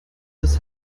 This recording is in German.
das